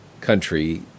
country